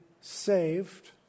saved